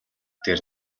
дээр